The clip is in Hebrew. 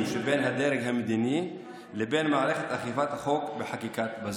שבין הדרג המדיני לבין מערכת אכיפת החוק בחקיקת בזק.